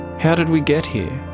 how did we get here?